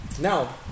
now